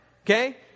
Okay